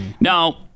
Now